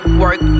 work